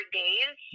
days